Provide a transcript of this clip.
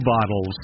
bottles